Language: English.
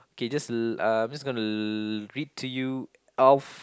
okay just l~ uh I'm just gonna to read to you Alph~